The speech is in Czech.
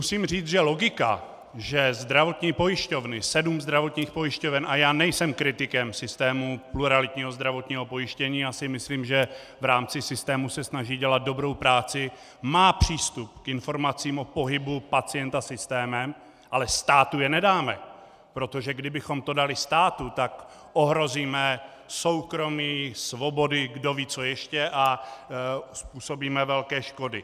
Musím říct, že logika, že zdravotní pojišťovny, sedm zdravotních pojišťoven, a já nejsem kritikem systému pluralitního zdravotního pojištění, já si myslím, že v rámci systému se snaží dělat dobrou práci, má přístup k informacím o pohybu pacienta systémem, ale státu je nedáme, protože kdybychom to dali státu, tak ohrozíme soukromí, svobody, kdoví co ještě a způsobíme velké škody.